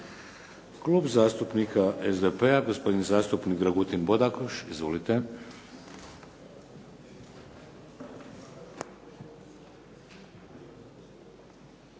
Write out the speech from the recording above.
Klub zastupnika HDSSB-a, gospodin zastupnik Dragutin Bodakoš. Izvolite.